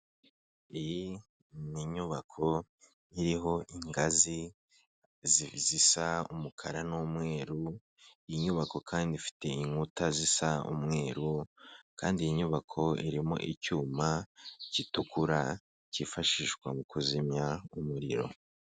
Iyi ni inyubako iriho ingazi zisa umukara n'umweru inyubako kandi ifite inkuta zisa umweru kandi iyi nyubako irimo icyuma gitukura cyifashishwa mu kuzimya umuriro.